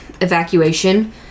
evacuation